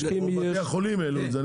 או בתי החולים העלו את זה.